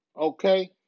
Okay